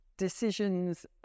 decisions